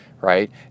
right